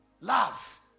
Love